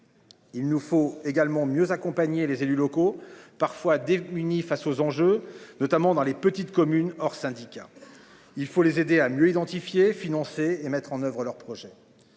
Il nous faut également mieux accompagner les élus locaux parfois démuni face aux enjeux, notamment dans les petites communes hors syndicats. Il faut les aider à mieux identifier financer et mettre en oeuvre leur projet.